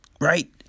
right